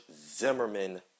Zimmerman